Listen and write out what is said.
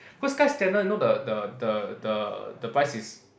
cause Skyscanner you know the the the the the price is